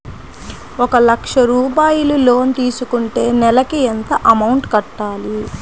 ఒక లక్ష రూపాయిలు లోన్ తీసుకుంటే నెలకి ఎంత అమౌంట్ కట్టాలి?